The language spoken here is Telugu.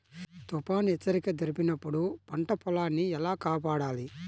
తుఫాను హెచ్చరిక జరిపినప్పుడు పంట పొలాన్ని ఎలా కాపాడాలి?